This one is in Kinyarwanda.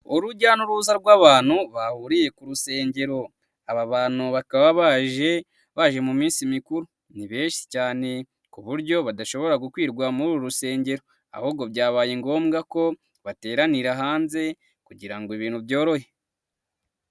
Urujya n'uruza rw'abantu bahuriye ku rusengero, aba bantu bakaba baje, baje mu minsi mikuru, ni benshi cyane ku buryo badashobora gukwirwa muri uru rusengero, ahubwo byabaye ngombwa ko bateranira hanze kugira ngo ibintu byorohe.